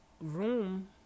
room